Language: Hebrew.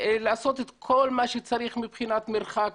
לעשות את כל מה שצריך מבחינת מרחק,